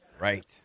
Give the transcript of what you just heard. Right